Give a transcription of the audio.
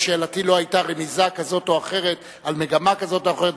בשאלתי לא היתה רמיזה כזאת או אחרת על מגמה כזאת או אחרת.